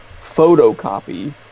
photocopy